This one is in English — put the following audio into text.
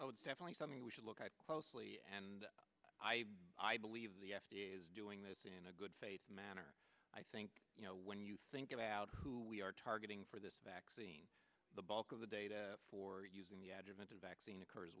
would definitely something we should look at closely and i i believe the f d a is doing this in a good faith manner i think you know when you think about who we are targeting for this vaccine the bulk of the data for using the advent of vaccine occurs